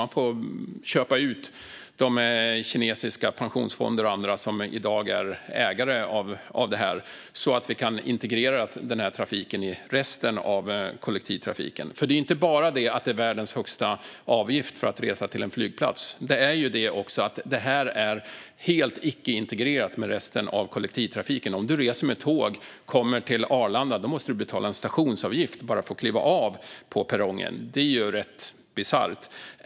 Man får köpa ut de kinesiska pensionsfonder och andra som i dag är ägare av det här så att vi kan integrera trafiken i resten av kollektivtrafiken. Det är ju inte bara det att det är världens högsta avgift för att resa till en flygplats - det är också helt icke-integrerat med resten av kollektivtrafiken. Om du reser med tåg och kommer till Arlanda måste du betala en stationsavgift bara för att kliva av på perrongen. Det är rätt bisarrt.